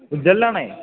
ഉജ്വലനാണ്